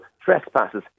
Trespasses